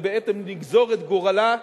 ובעצם נגזור את גורלה.